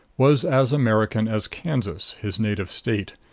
was as american as kansas, his native state,